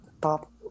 top